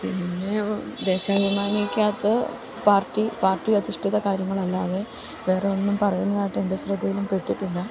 പിന്നെ ദേശാഭിമാനിക്കകത്ത് പാർട്ടി അധിഷ്ഠിത കാര്യങ്ങളല്ലാതെ വേറൊന്നും പറയുന്നതായിട്ട് എൻ്റെ ശ്രദ്ധയിലും പെട്ടിട്ടില്ല